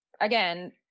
again